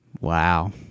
Wow